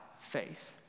faith